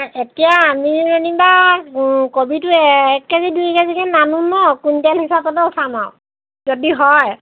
এতিয়া আমি যেনিবা কবিটো এক কে জি দুই কে জিকৈ নানোঁ ন কুইণ্টেল হিচাপতে উঠাম আৰু যদি হয়